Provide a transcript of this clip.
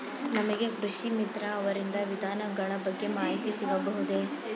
ನಮಗೆ ಕೃಷಿ ಮಿತ್ರ ಅವರಿಂದ ವಿಧಾನಗಳ ಬಗ್ಗೆ ಮಾಹಿತಿ ಸಿಗಬಹುದೇ?